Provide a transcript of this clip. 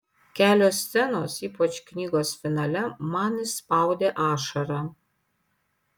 kelios scenos ypač knygos finale man išspaudė ašarą